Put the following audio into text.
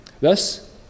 Thus